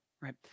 right